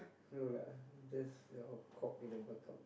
no lah just your cock in the buttock